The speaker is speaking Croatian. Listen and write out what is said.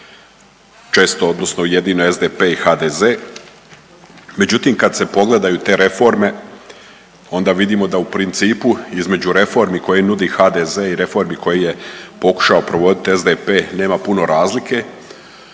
često odnosno jedino SDP i HDZ, međutim kad se pogledaju te reforme onda vidimo da u principu između reformi koje nudi HDZ i reformi koje je pokušao provoditi SDP nema puno razlike.